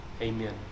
Amen